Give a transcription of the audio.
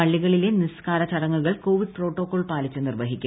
പള്ളികളിലെ നിസ്ക്കാര ചടങ്ങുകൾ Covid protocol പാലിച്ച് നിർവഹിക്കും